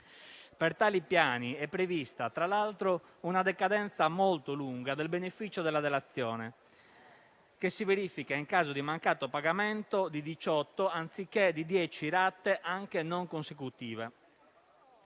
Per tali piani è prevista tra l'altro una decadenza molto lunga del beneficio della dilazione, che si verifica in caso di mancato pagamento di 18 anziché di 10 rate anche non consecutive.